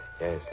Yes